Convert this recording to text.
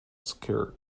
skirt